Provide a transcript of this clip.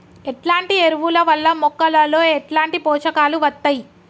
ఎట్లాంటి ఎరువుల వల్ల మొక్కలలో ఎట్లాంటి పోషకాలు వత్తయ్?